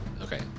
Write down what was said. okay